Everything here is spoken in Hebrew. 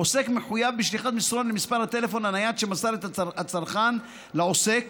העוסק מחויב בשליחת מסרון למספר הטלפון הנייד שמסר הצרכן לעוסק,